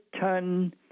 ton